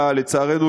לצערנו,